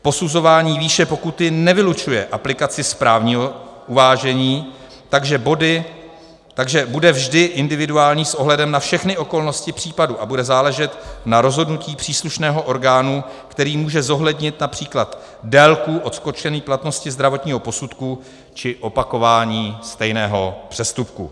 Posuzování výše pokuty nevylučuje aplikaci správního uvážení, takže bude vždy individuální s ohledem na všechny okolnosti případu a bude záležet na rozhodnutí příslušného orgánu, který může zohlednit například délku odskočení platnosti zdravotního posudku či opakování stejného přestupku.